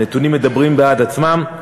הנתונים מדברים בעד עצמם.